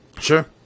sure